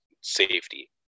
safety